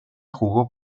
jugó